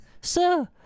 sir